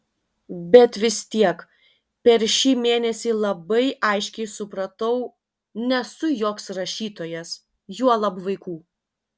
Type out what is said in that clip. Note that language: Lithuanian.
bet vis tiek per šį mėnesį labai aiškiai supratau nesu joks rašytojas juolab vaikų